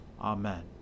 Amen